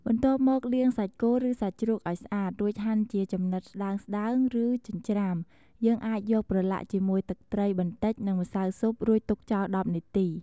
បន្ទាប់មកលាងសាច់គោឬសាច់ជ្រូកឱ្យស្អាត រួចហាន់ជាចំណិតស្ដើងៗឬចិញ្ច្រាំ យើងអាចយកប្រឡាក់ជាមួយទឹកត្រីបន្តិចនិងម្សៅស៊ុប រួចទុកចោល ១០ នាទី។